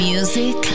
Music